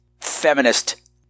feminist